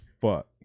fuck